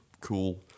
cool